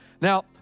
Now